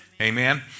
amen